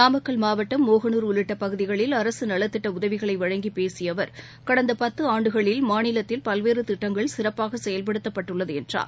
நாமக்கல் மாவட்டம் மோகனூர் உள்ளிட்ட பகுதிகளில் அரசு நலத்திட்ட உதவிகளை வழங்கிப் பேசிய அவர் கடந்த பத்து ஆண்டுகளில் மாநிலத்தில் பல்வேறு திட்டங்கள் சிறப்பாக செயல்படுத்தப்பட்டுள்ளது என்றார்